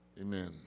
Amen